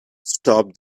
stop